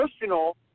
personal